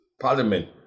parliament